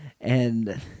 and-